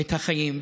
את החיים.